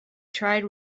tried